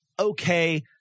okay